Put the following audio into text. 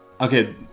Okay